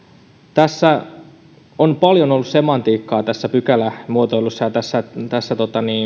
on paljon ollut semantiikkaa tässä pykälämuotoilussa tässä tässä